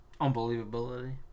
Unbelievability